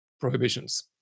Prohibitions